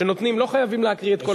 לא חייבים להקריא את הכול.